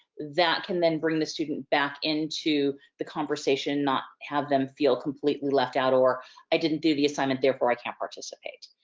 that can then bring the student back into the conversation, not have them feel completely left out. or i didn't do the assignment, therefore i can't participate.